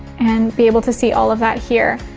and be able to see all of that here.